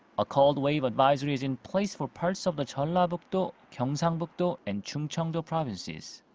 a cold wave advisory is in place for parts of the jeollabuk-do, gyeongsangbuk-do and chungcheong-do provinces.